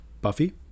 Buffy